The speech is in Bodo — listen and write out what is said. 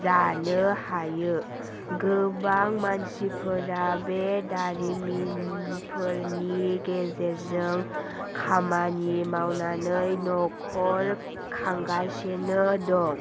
जानो हायो गोबां मानसिफोरा बे दारिमिनफोरनि गेजेरजों खामानि मावनानै न'खर खांगासिनो दं